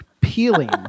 peeling